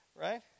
right